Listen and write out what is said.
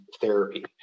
therapy